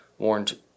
Warned